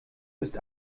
ist